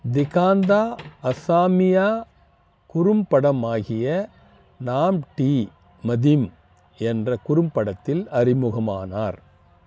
திகாந்தா அசாமியா குறும்படமாகிய நாம் டி மதிம் என்ற குறும்படத்தில் அறிமுகமானார்